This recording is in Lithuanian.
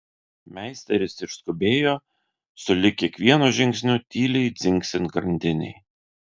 meisteris išskubėjo sulig kiekvienu žingsniu tyliai dzingsint grandinei